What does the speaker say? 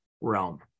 realm